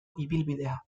ibilbidea